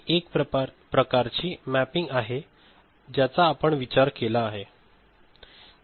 हि एक प्रकारची मॅपिंग आहे ज्याचा आपण विचार केला हे ठीक आहे